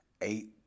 eight